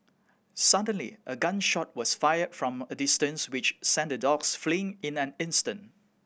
suddenly a gun shot was fired from a distance which sent the dogs fleeing in an instant